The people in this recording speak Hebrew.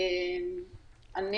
כאמור,